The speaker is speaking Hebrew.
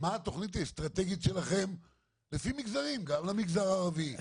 מה התכנית האסטרטגית שלכם לפי מגזרים גם למגזר הערבי,